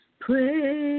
pray